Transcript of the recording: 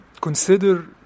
Consider